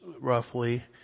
roughly